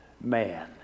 man